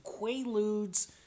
Quaaludes